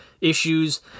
issues